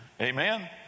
Amen